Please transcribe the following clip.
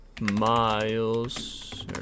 Miles